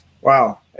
Wow